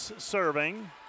serving